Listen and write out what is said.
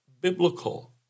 biblical